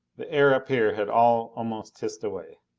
the air up here had all almost hissed away.